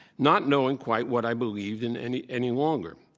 not knowing quite what i believed in any any longer.